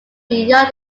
beyond